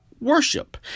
worship